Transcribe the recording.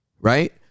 right